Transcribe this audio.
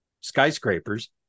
skyscrapers